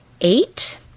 eight